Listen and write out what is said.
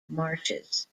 marshes